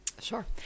Sure